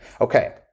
Okay